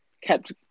kept